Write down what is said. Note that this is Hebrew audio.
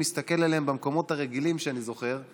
מסתכל עליהם במקומות הרגילים שאני זוכר,